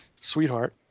sweetheart